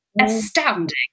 astounding